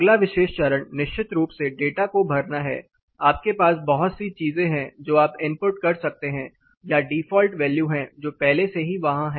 अगला विशेष चरण निश्चित रूप से डेटा को भरना है आपके पास बहुत सी चीजें हैं जो आप इनपुट कर सकते हैं या डिफ़ॉल्ट वैल्यू हैं जो पहले से ही वहां हैं